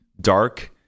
dark